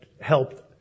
helped